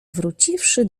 wróciwszy